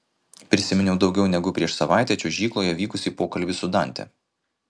prisiminiau daugiau negu prieš savaitę čiuožykloje vykusį pokalbį su dante